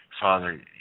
Father